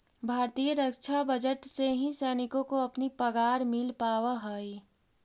भारतीय रक्षा बजट से ही सैनिकों को अपनी पगार मिल पावा हई